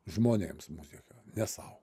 žmonėms muziką ne sau